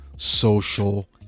Social